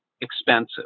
expensive